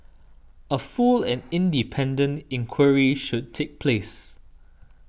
a full and independent inquiry should take place